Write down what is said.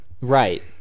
right